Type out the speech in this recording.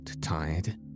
tired